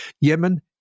Yemen